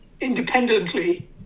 independently